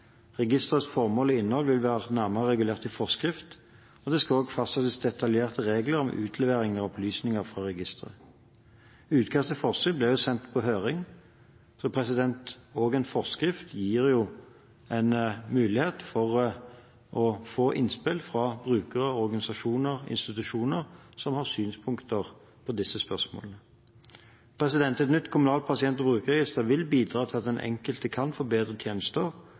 Registerets formål og innhold vil være nærmere regulert i forskrift. Det skal også fastsettes detaljerte regler om utlevering av opplysninger fra registeret. Utkast til forskrift blir sendt på høring. En forskrift gir en mulighet for å få innspill fra brukere, organisasjoner og institusjoner som har synspunkter på disse spørsmålene. Et nytt kommunalt pasient- og brukerregister vil bidra til at den enkelte kan få bedre tjenester